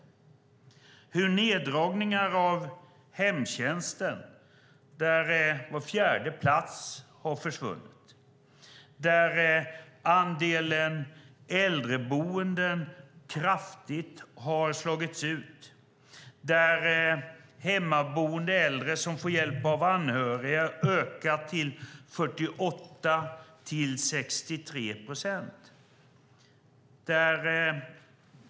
Hon redogör för neddragningar i hemtjänsten, där var fjärde plats har försvunnit. Andelen äldreboenden har kraftigt slagits ut, och hemmaboende äldre som får hjälp av anhöriga ökar från 48 till 63 procent.